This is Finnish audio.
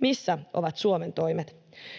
Missä ovat Suomen toimet?